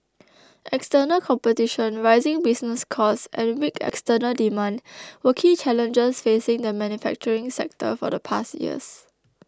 external competition rising business costs and weak external demand were key challenges facing the manufacturing sector for the past years